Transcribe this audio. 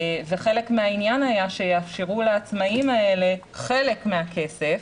וחלק מהעניין היה שיאפשרו לעצמאים האלה חלק מהכסף,